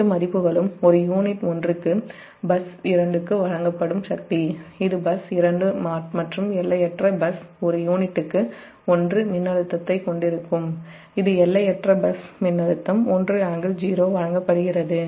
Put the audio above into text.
அனைத்து மதிப்புகளும் ஒரு யூனிட் ஒன்றுக்கு பஸ் 2 க்கு வழங்கப்படும் சக்தி இது பஸ் 2 மற்றும் எல்லையற்ற பஸ் ஒரு யூனிட்டுக்கு 1 மின்னழுத்தத்தைக் கொண்டிருக்கும் இது எல்லையற்ற பஸ் மின்னழுத்தம் 1∟0 வழங்கப்படுகிறது